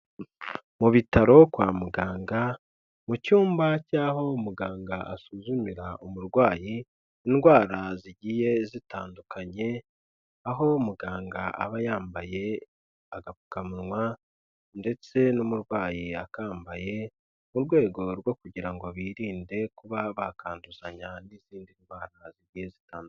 Mu bitaro kwa muganga mu cyumba cy'aho umuganga asuzumira umurwayi indwara zigiye zitandukanye, aho muganga aba yambaye agapfukamunwa ndetse n'umurwayi akambaye, mu rwego rwo kugira ngo birinde kuba bakanduzanya n'izindi ndwara zigiye zitandukanye.